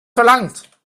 verlangt